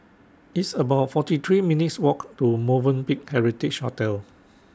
It's about forty three minutes' Walk to Movenpick Heritage Hotel